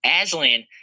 Aslan